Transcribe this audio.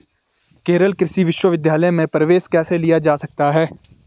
केरल कृषि विश्वविद्यालय में प्रवेश कैसे लिया जा सकता है?